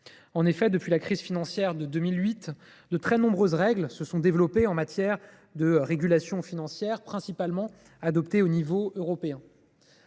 En effet, depuis la crise financière de 2008, de très nombreuses règles se sont ajoutées en matière de régulation financière, qui ont été adoptées principalement